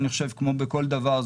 אני חושב שכמו בכל דבר,